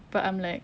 but I'm like